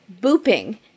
booping